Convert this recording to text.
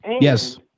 Yes